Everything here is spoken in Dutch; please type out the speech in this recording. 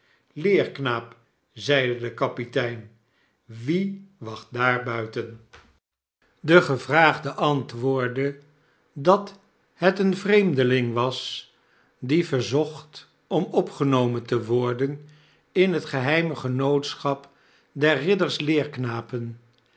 zeide de kapitein wie wacht daarbuiten barnabt rudge de gevraagde antwoordde dat het een vreem deling was die verzocht om opgenomen te worden in het geheime genootschap der ridders leerknapen